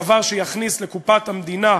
דבר שיכניס לקופת המדינה,